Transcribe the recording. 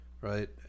right